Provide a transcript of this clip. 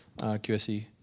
QSE